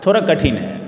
थोड़ा कठिन है